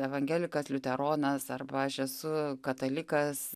evangelikas liuteronas arba aš esu katalikas